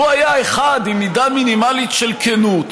לו היה אחד עם מידה מינימלית של כנות,